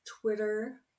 Twitter